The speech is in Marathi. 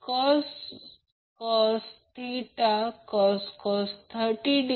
म्हणून P j Q √90 2 85 2 123